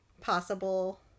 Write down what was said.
possible